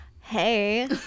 hey